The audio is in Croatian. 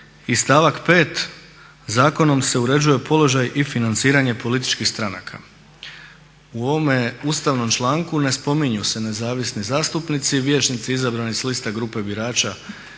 I stavak 5. Zakonom se uređuje položaj i financiranje političkih stranaka. U ovome ustavnom članku ne spominju se nezavisni zastupnici, vijećnici izabrani sa liste grupe birača